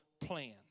plan